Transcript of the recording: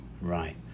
Right